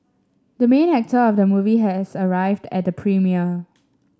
the main actor of the movie has arrived at the premiere